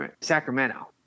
Sacramento